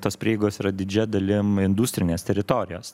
tos prieigos yra didžia dalim industrinės teritorijos